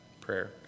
prayer